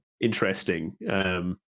interesting